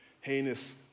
heinous